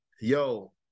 yo